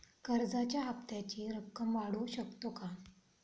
कर्जाच्या हप्त्याची रक्कम वाढवू शकतो का?